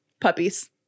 puppies